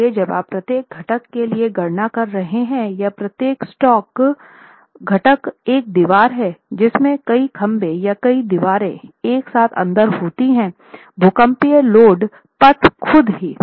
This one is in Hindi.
इसलिए जब आप प्रत्येक घटक के लिए गणना कर रहे हैं या प्रत्येक स्टॉक घटक एक दीवार है जिसमें कई खंभे या कई दीवारें एक साथ अंदर होती हैं भूकंपीय लोड पथ खुद ही